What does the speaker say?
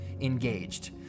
engaged